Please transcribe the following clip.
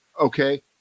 okay